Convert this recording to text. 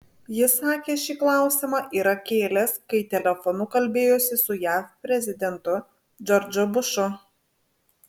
jis sakė šį klausimą yra kėlęs kai telefonu kalbėjosi su jav prezidentu džordžu bušu